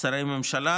משרי ממשלה.